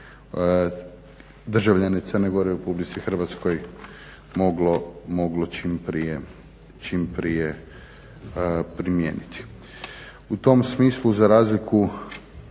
državljane Crne Gore u RH moglo čim prije primijeniti. U tom smislu za razliku